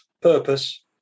purpose